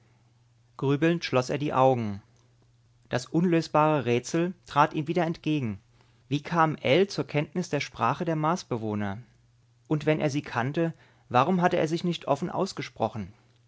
grübelnd schloß er die augen das unlösbare rätsel trat ihm wieder entgegen wie kam ell zur kenntnis der sprache der marsbewohner und wenn er sie kannte warum hatte er sich nicht offen ausgesprochen